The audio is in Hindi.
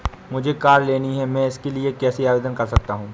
मुझे कार लेनी है मैं इसके लिए कैसे आवेदन कर सकता हूँ?